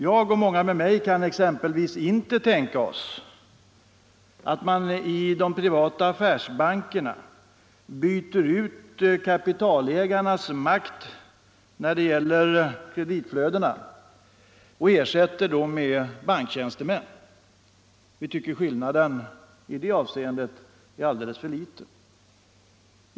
Jag och många med mig kan exempelvis inte tänka oss att man i de privata affärsbankerna byter ut kapitalägarnas makt när det gäller kreditflödena mot makt för banktjänstemännen. Vi tycker att skillnaden i det avseendet är alldeles för liten.